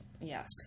Yes